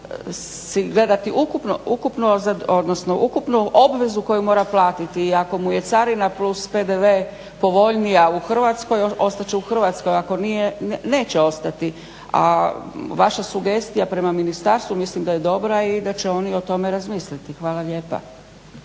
odnosno ukupnu obvezu koju mora platiti. I ako mu je carina plus PDV povoljnija u Hrvatskoj ostat će u Hrvatskoj, ako nije neće ostati. A vaša sugestija prema ministarstvu mislim da je dobra i da će oni o tome razmisliti. Hvala lijepa.